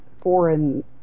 foreign